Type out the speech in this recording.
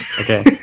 Okay